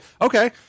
Okay